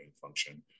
function